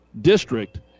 district